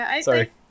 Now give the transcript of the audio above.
Sorry